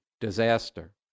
disaster